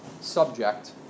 subject